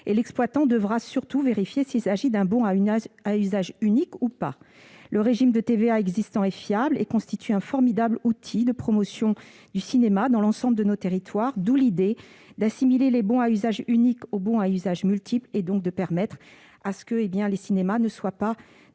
l'exploitant devra vérifier s'il s'agit ou non d'un bon à usage unique. Le régime de TVA existant est fiable et constitue un formidable outil de promotion du cinéma dans l'ensemble du territoire. D'où l'idée d'assimiler les bons à usage unique aux bons à usage multiple, afin de permettre aux cinémas de ne pas